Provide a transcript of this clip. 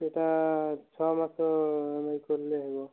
ଏଇଟା ଛଅ ମାସ କଲେ ହେବ